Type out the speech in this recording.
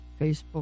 Facebook